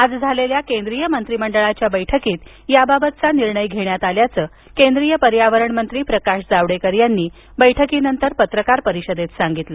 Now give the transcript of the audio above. आज झालेल्या केंद्रीय मंत्रिमंडळाच्या बैठकीत याबाबतचा निर्णय घेण्यात आल्याचं केंद्रीय पर्यावरण मंत्री प्रकाश जावडेकर यांनी बैठकीनंतर पत्रकार परिषदेत सांगितलं